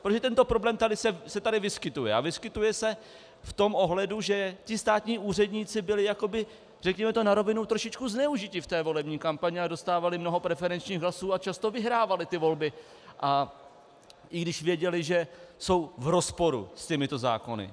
Protože tento problém se tady vyskytuje, a vyskytuje se v tom ohledu, že ti státní úředníci byli jakoby řekněme to na rovinu trošičku zneužiti v té volební kampani a dostávali mnoho preferenčních hlasů a často vyhrávali ty volby, i když věděli, že jsou v rozporu s těmito zákony.